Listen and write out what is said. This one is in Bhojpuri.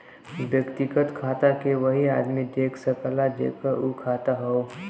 व्यक्तिगत खाता के वही आदमी देख सकला जेकर उ खाता हौ